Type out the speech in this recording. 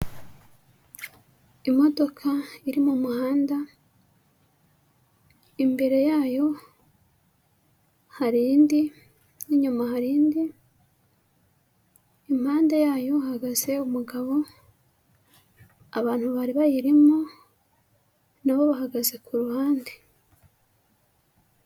Imodoka iri mu muhanda imbere yayo hari indi, n'inyuma hari indi, impande yayo hahagaze umugabo, abantu bari bayirimo na bo bahagaze ku ruhande.